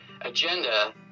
agenda